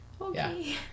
Okay